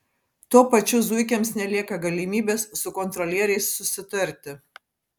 tuo pačiu zuikiams nelieka galimybės su kontrolieriais susitarti